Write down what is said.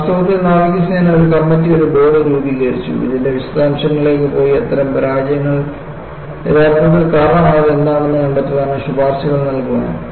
വാസ്തവത്തിൽ നാവികസേന ഒരു കമ്മിറ്റി ഒരു ബോർഡ് രൂപീകരിച്ചു ഇതിൻറെ വിശദാംശങ്ങളിലേക്ക് പോയി അത്തരം പരാജയങ്ങൾക്ക് യഥാർത്ഥത്തിൽ കാരണമായത് എന്താണെന്ന് കണ്ടെത്താനും ശുപാർശകൾ നൽകുവാനും